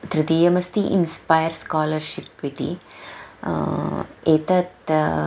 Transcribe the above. तृतीयमस्ति inspire scholarship इति एतत्